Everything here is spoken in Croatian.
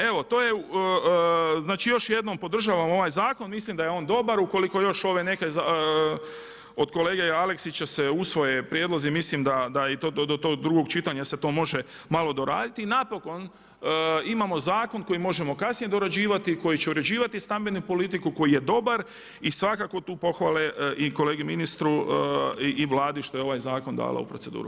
Evo to je znači još jednom podržavam ovaj zakon, mislim da je on dobar, ukoliko još ove neke od kolege Aleskića se usvoje prijedlozi mislim da je i do tog drugog čitanja se to može malo doraditi i napokon imamo zakon koji možemo kasnije dorađivati, koji će uređivati stambenu politiku, koji je dobar i svakako tu pohvale i kolegi ministru i Vladi što je ovaj zakon dala u proceduru.